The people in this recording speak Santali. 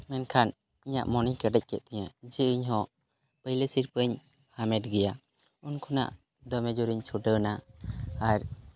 ᱢᱮᱱᱠᱷᱟᱱ ᱤᱧᱟᱹᱜ ᱢᱚᱱᱮᱧ ᱠᱮᱴᱮᱡ ᱠᱮᱫ ᱛᱤᱧᱟᱹ ᱡᱮ ᱤᱧ ᱦᱚᱸ ᱯᱳᱭᱞᱳ ᱥᱤᱨᱯᱟᱹᱧ ᱦᱟᱢᱮᱴ ᱜᱮᱭᱟ ᱩᱱ ᱠᱷᱚᱱᱟᱜ ᱫᱚᱢᱮ ᱡᱳᱨᱤᱧ ᱪᱷᱩᱴᱟᱹᱣ ᱮᱱᱟ ᱟᱨ